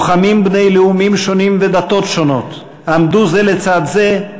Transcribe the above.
לוחמים בני לאומים שונים ודתות שונות עמדו זה לצד זה,